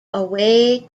away